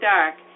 Dark